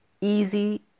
easy